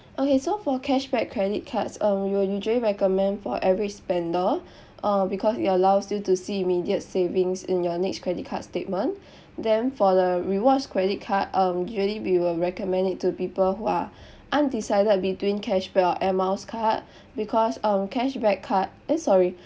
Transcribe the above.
okay so for cashback credit cards um we will usually recommend for average spender uh because it allows you to see immediate savings in your next credit card statement then for the rewards credit card um usually we will recommend it to people who are undecided between cashback or air miles card because um cashback card eh sorry